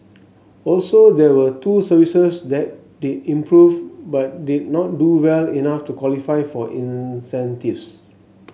also there were two services that did improve but did not do well enough to qualify for incentives